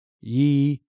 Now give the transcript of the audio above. ye